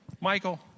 Michael